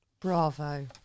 Bravo